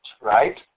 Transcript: right